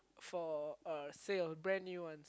for a sale brand new one